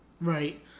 right